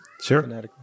Sure